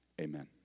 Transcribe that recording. amen